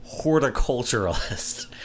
horticulturalist